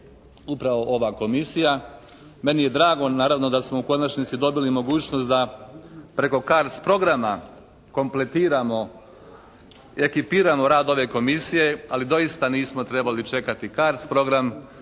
upravo ova Komisija. Meni je drago naravno da smo u konačnici dobili mogućnost da preko CARDS programa kompletiramo i ekipiramo rad ove Komisije ali doista nismo trebali čekati CARTS program.